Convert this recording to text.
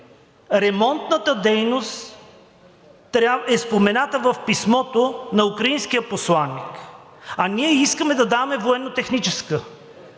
ремонтната дейност е спомената в писмото на украинския посланик, а ние искаме да даваме военнотехническа